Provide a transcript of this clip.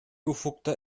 ufukta